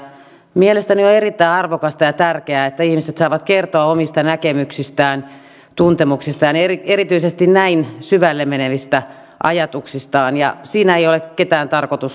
mielestäni on erittäin arvokasta ja tärkeää että ihmiset saavat kertoa omista näkemyksistään tuntemuksistaan ja erityisesti näin syvälle menevistä ajatuksistaan ja siinä ei ole ketään tarkoitus loukata